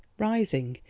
rising,